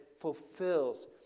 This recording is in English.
fulfills